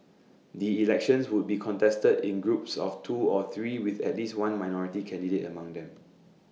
the elections would be contested in groups of two or three with at least one minority candidate among them